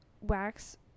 wax